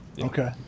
Okay